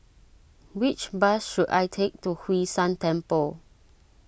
which bus should I take to Hwee San Temple